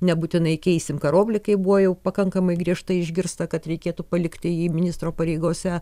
nebūtinai keisim karoblį kaip buvo jau pakankamai griežtai išgirsta kad reikėtų palikti jį ministro pareigose